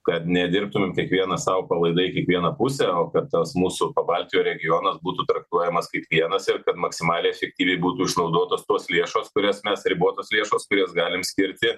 kad nedirbtumėm kiekvienas sau palaidai kiekvieną pusę o kad tas mūsų pabaltijo regionas būtų traktuojamas kaip vienas ir kad maksimaliai efektyviai būtų išnaudotos tos lėšos kurias mes ribotos lėšos kurias galim skirti